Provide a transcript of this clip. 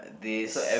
this